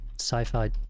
sci-fi